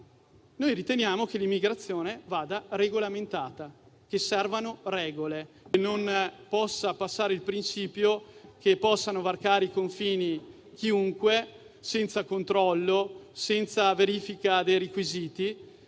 noi riteniamo che l'immigrazione vada regolamentata, che servano regole, che non possa passare il principio che chiunque possa varcare i confini senza controllo e verifica dei requisiti.